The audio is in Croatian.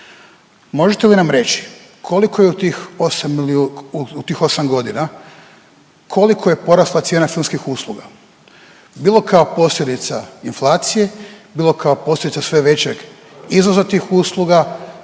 Možete li nam reći koliko je u tih 8 godina koliko je porasla cijena filmskih usluga bilo kao posljedica inflacije, bilo kao posljedica sve većeg izvoza tih usluga